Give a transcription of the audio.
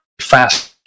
fast